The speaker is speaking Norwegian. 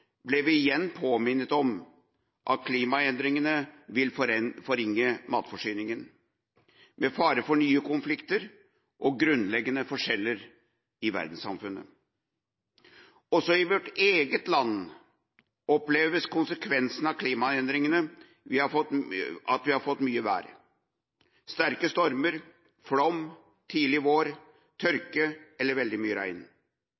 ble vi igjen påminnet om at klimaendringene vil forringe matforsyninga – med fare for nye konflikter og grunnleggende forskjeller i verdenssamfunnet. Også i vårt eget land oppleves konsekvensene av klimaendringene ved at vi har fått mye vær: sterke stormer, flom, tidlig vår,